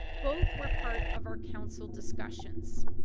both were part of our council discussions.